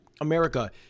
America